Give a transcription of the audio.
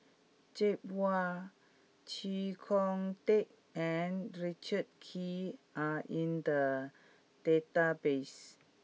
Joi Chua Chee Kong Tet and Richard Kee are in the database